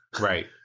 Right